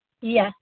Yes